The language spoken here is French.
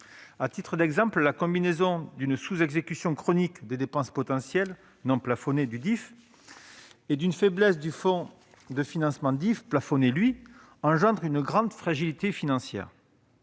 À titre d'exemple, la combinaison d'une sous-exécution chronique des dépenses potentielles, non plafonnées, du DIFE et d'une faiblesse du fonds de financement du DIFE, qui est quant à lui plafonné, entraîne une grande fragilité financière.